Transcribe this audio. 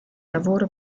lavoro